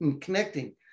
connecting